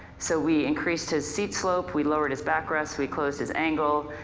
so we increased his seat slope, we lowered his back rest, we closed his angle,